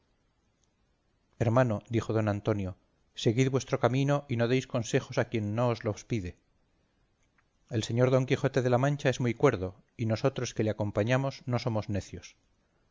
hermano dijo don antonio seguid vuestro camino y no deis consejos a quien no os los pide el señor don quijote de la mancha es muy cuerdo y nosotros que le acompañamos no somos necios